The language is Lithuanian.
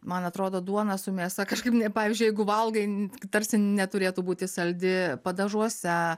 man atrodo duona su mėsa kažkaip nei pavyzdžiui jeigu valgai tarsi neturėtų būti saldi padažuose